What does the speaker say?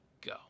go